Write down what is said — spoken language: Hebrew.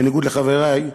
בניגוד לחברי,